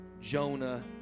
Jonah